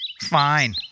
Fine